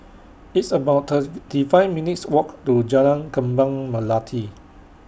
It's about thirty five minutes' Walk to Jalan Kembang Melati